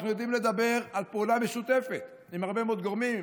אנחנו יודעים לדבר על פעולה משותפת עם הרבה מאוד גורמים,